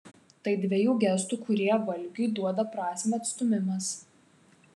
tai dvejų gestų kurie valgiui duoda prasmę atstūmimas